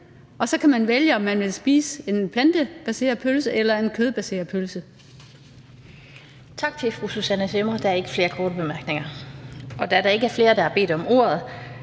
og så kan man vælge, om man vil spise en plantebaseret pølse eller en kødbaseret pølse. Kl. 12:07 Den fg. formand (Annette Lind): Tak til fru Susanne Zimmer. Der er ikke flere korte bemærkninger. Da der ikke er flere, der har bedt om ordet,